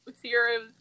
Sierra